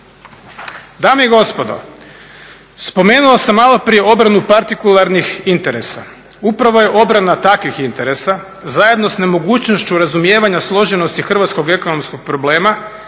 Dame i gospodo, spomenuo sam malo prije obranu partikularnih interesa, upravo je obrana takvih interesa zajedno s nemogućnošću razumijevanja složenosti hrvatskog ekonomskog problema